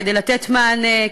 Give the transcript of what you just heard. כדי לתת מענה,